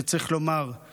שצריך לומר שהוא